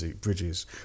bridges